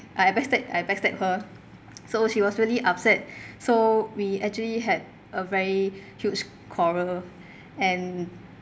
I back stabbed I back stabbed her so she was really upset so we actually had a very huge quarrel and